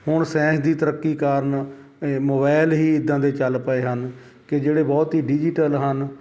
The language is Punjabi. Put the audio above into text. ਹੁਣ ਸਾਇੰਸ ਦੀ ਤਰੱਕੀ ਕਾਰਨ ਮੋਬੈਲ ਹੀ ਇੱਦਾਂ ਦੇ ਚੱਲ ਪਏ ਹਨ ਕਿ ਜਿਹੜੇ ਬਹੁਤ ਹੀ ਡਿਜ਼ੀਟਲ ਹਨ